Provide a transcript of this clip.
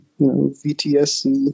VTSC